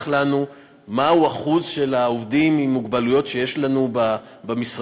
לנו מהו אחוז העובדים עם מוגבלויות שיש לנו במשרד,